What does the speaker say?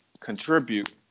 contribute